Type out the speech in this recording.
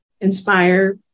inspire